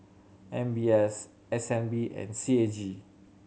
M B S S N B and C A G